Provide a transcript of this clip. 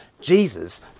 Jesus